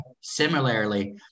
similarly